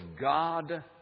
God